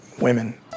women